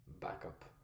backup